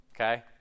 Okay